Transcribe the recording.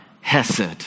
hesed